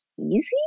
easy